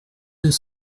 deux